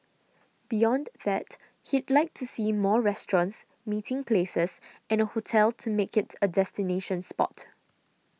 beyond that he'd like to see more restaurants meeting places and a hotel to make it a destination spot